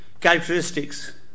characteristics